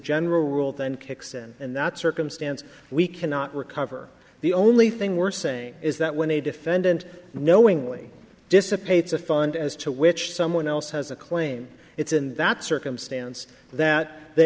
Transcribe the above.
general rule then kicks in and that circumstance we cannot recover the only thing we're saying is that when a defendant knowingly dissipates a fund as to which someone else has a claim it's in that circumstance that the